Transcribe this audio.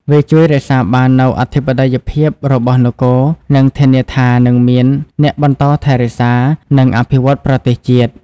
វាជួយរក្សាបាននូវអធិបតេយ្យភាពរបស់នគរ និងធានាថានឹងមានអ្នកបន្តថែរក្សា និងអភិវឌ្ឍន៍ប្រទេសជាតិ។